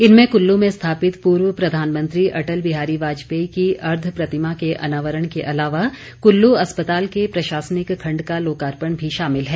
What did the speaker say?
इनमें कुल्लू में स्थापित पूर्व प्रधानमंत्री अटल बिहारी वाजपेयी की अर्द्व प्रतिमा के अनावरण के अलावा कुल्लू अस्पताल के प्रशासनिक खण्ड का लोकार्पण भी शामिल है